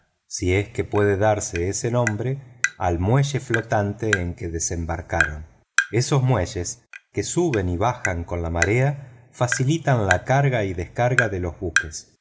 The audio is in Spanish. si es que puede darse ese nombre al muelle flotante en que desembarcaron esos muelles que suben y bajan con la marea facilitan la carga y descarga de los buques